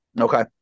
Okay